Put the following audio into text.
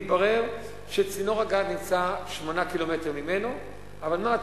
מתברר שצינור הגז נמצא 8 ק"מ ממנו, אבל מה?